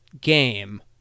game